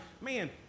man